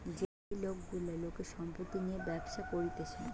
যে লোক গুলা লোকের সম্পত্তি নিয়ে ব্যবসা করতিছে